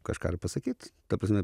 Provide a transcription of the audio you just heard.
kažką ir pasakyt ta prasme